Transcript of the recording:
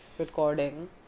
recording